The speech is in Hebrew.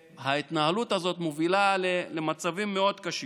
וההתנהלות הזאת מובילה למצבים מאוד קשים.